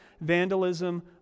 vandalism